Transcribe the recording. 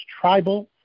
tribal